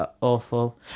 awful